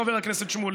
חבר הכנסת שמולי,